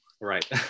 right